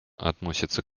относится